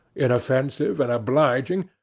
inoffensive and obliging,